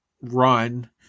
run